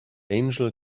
angel